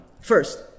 First